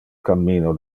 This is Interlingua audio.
cammino